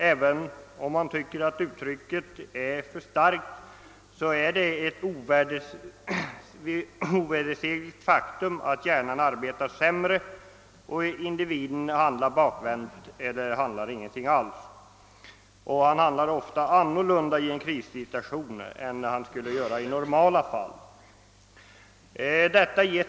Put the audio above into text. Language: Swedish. även om så inte blir fallet, är det ett ovedersägligt faktum att hjärnan arbetar sämre; individen handlar bakvänt eller handlar inte alls. En människa handlar annorlunda i en krissituation i ett sådant tillstånd än i normala fall.